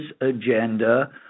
agenda